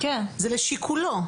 זה לשיקולו.